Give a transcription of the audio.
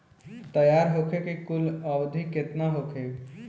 तैयार होखे के कुल अवधि केतना होखे?